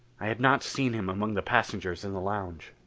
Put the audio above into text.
i had not seen him among the passengers in the lounge.